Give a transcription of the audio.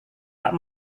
pak